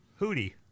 Hootie